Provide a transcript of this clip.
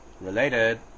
related